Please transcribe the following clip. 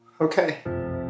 Okay